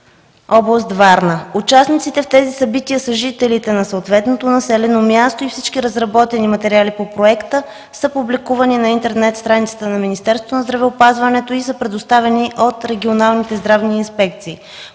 и Варна. Участниците в тези събития са жителите на съответното населено място и всички разработени материали по проекта са публикувани на интернет страницата на Министерството на здравеопазването и са предоставени от регионалните здравни инспекции.